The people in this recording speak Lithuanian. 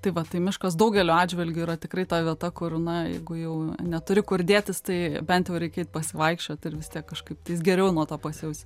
tai va tai miškas daugeliu atžvilgių yra tikrai ta vieta kur na jeigu jau neturi kur dėtis tai bent jau reikia eit pasivaikščioti ir vis tiek kažkaip tais geriau nuo to pasijausi